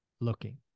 looking